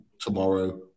tomorrow